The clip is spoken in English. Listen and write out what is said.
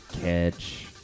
catch